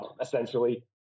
essentially